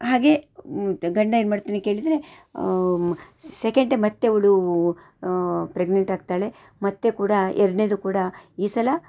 ಹಾಗೇ ಗಂಡ ಏನ್ಮಾಡ್ತಾನೆ ಕೇಳಿದರೆ ಸೆಕೆಂಡೆ ಮತ್ತೆ ಅವಳು ಪ್ರೆಗ್ನೆಂಟ್ ಆಗ್ತಾಳೆ ಮತ್ತೆ ಕೂಡ ಎರಡನೆಯದು ಕೂಡ ಈ ಸಲ